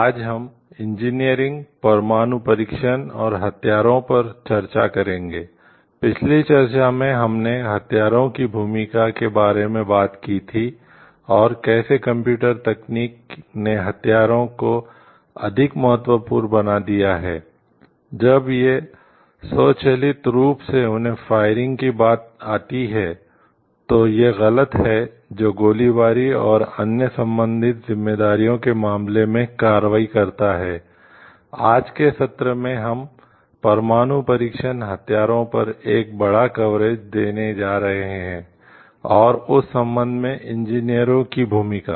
आज हम इंजीनियरिंग की भूमिका